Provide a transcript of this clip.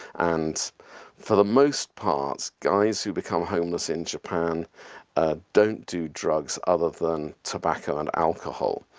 and for the most part guys who become homeless in japan don't do drugs other than tobacco and alcohol.